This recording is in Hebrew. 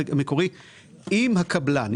אם הקבלן,